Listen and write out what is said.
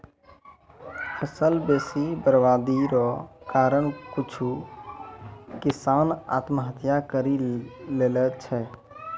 फसल बेसी बरवादी रो कारण कुछु किसान आत्महत्या करि लैय छै